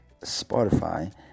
Spotify